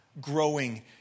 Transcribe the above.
growing